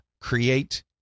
create